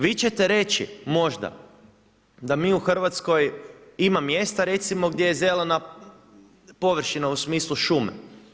Vi ćete reći možda da mi u Hrvatskoj ima mjesta recimo gdje je zelena površina u smislu šume.